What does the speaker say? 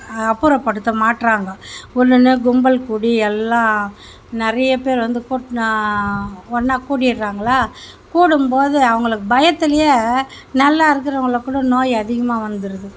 அப்புறப்படுத்த மாட்றாங்க உடனே கும்பல் கூடி எல்லாம் நிறைய பேர் வந்து கூட்னா ஒன்னாக கூடிவிடுறாங்களா கூடும் போது அவங்களுக்கு பயத்துலையே நல்லா இருக்கிறவங்களுக்கு கூட நோய் அதிகமாக வந்துருது